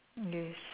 yes